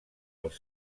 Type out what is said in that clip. als